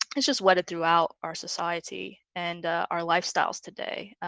it's just wedded throughout our society and our lifestyles today.